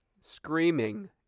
screaming